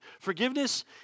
Forgiveness